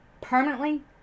permanently